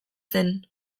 zen